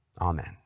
Amen